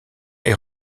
est